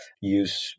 Use